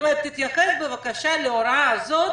תתייחס בבקשה להוראה הזאת